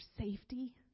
safety